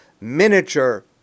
miniature